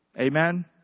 Amen